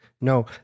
No